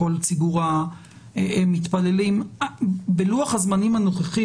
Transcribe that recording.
כל ציבור המתפללים בלוח-הזמנים הנוכחי,